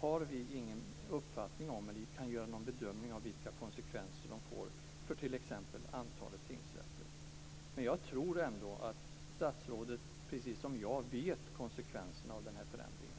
har vi inte någon uppfattning om - eller kan göra en bedömning av vilka konsekvenser de får för t.ex. antalet tingsrätter - men jag tror att statsrådet, precis som jag, känner till konsekvensen av den här förändringen.